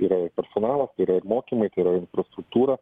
yra ir personalo mokymai tai yra infrastruktūra